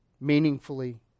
meaningfully